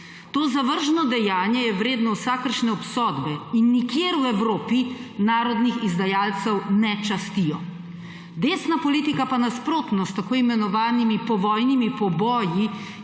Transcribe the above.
To zavržno dejanje je vredno vsakršne obsodbe in nikjer v Evropi narodnih izdajalcev ne častijo. Desna politika pa nasprotno s tako imenovanimi povojnimi poboji,